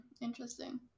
Interesting